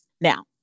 Now